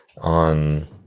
on